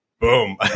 boom